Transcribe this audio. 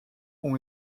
ont